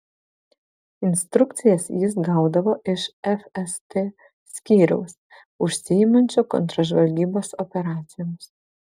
instrukcijas jis gaudavo iš fst skyriaus užsiimančio kontržvalgybos operacijomis